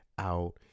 out